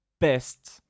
best